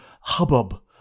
hubbub